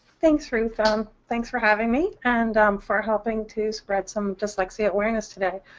thanks, ruth. um thanks for having me and um for helping to spread some dyslexia awareness today.